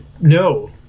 No